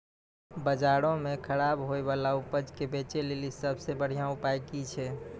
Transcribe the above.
बजारो मे खराब होय बाला उपजा के बेचै लेली सभ से बढिया उपाय कि छै?